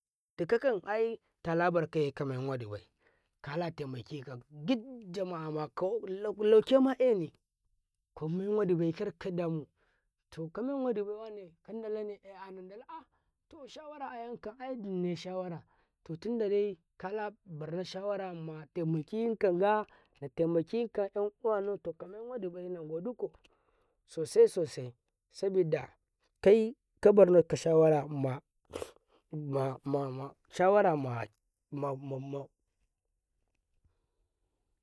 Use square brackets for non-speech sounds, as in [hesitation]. ﻿dukakan ai tala barka kamen waɗi bai kala taima kikan git Jama'ama ka laukema eni kamen waɗibai karkadamu to kamen waɗibai wane dakanda lane nandala a to shawara ayan kan ayanne shawara to tindadai kala barna shawara mamike kaza nata makika enuwanau to kamen waɗibai nagoduko sosai sosai saƃida kaika barna shawara mamama mama mama. [hesitation]